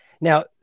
Now